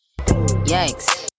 yikes